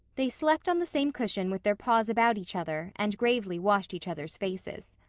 they slept on the same cushion with their paws about each other, and gravely washed each other's faces.